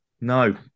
no